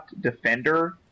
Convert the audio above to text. Defender